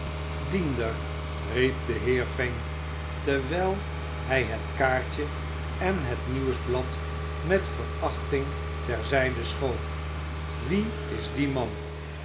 diender riep de heer fang terwijl hij het kaartje en het nieuwsblad met verachting ter zijde schoof wie is die man